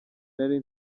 nari